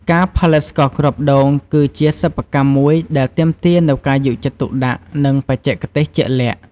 ការផលិតស្ករគ្រាប់ដូង គឺជាសិប្បកម្មមួយដែលទាមទារនូវការយកចិត្តទុកដាក់ និងបច្ចេកទេសជាក់លាក់។